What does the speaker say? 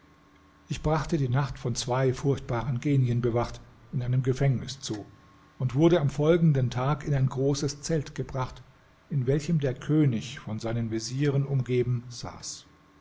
ich brachte die nacht von zwei furchtbaren genien bewacht in einem gefängnis zu und wurde am folgenden tag in ein großes zelt gebracht in welchem der könig von seinen vezieren umgeben saß